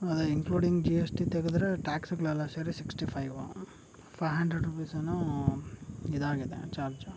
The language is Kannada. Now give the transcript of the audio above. ಅದೇ ಇನ್ಕ್ಲೂಡಿಂಗ್ ಜಿ ಎಸ್ ಟಿ ತೆಗೆದ್ರೆ ಟ್ಯಾಕ್ಸುಗಳೆಲ್ಲ ಸೇರಿ sixty five five hundred rupees ಏನೋ ಇದಾಗಿದೆ ಚಾರ್ಜು